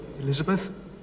Elizabeth